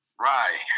Right